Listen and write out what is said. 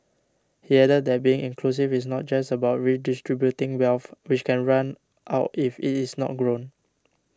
he added that being inclusive is not just about redistributing wealth which can run out if it is not grown